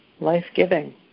life-giving